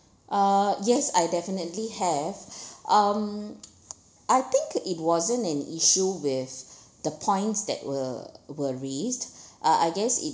uh yes I definitely have um I think it wasn't an issue with the points that were were raised uh I guess it